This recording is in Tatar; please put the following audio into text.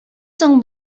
соң